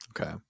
Okay